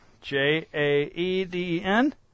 J-A-E-D-N